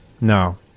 No